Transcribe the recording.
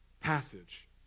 passage